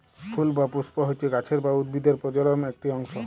ফুল বা পুস্প হচ্যে গাছের বা উদ্ভিদের প্রজলন একটি অংশ